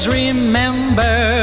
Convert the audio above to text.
remember